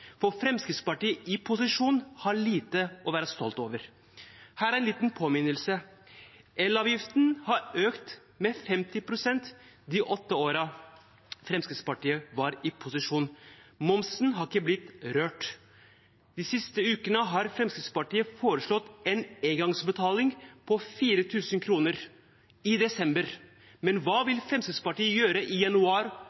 for Fremskrittspartiet i posisjon har lite å være stolt over. Her er en liten påminnelse: Elavgiften har økt med 50 pst. de åtte årene Fremskrittspartiet var i posisjon, og momsen har ikke blitt rørt. De siste ukene har Fremskrittspartiet foreslått en engangsutbetaling på 4 000 kr i desember, men hva